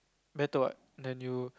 better what than you